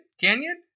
Canyon